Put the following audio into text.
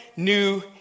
New